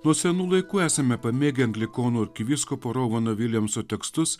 nuo senų laikų esame pamėgę anglikonų arkivyskupo rovano viljamso tekstus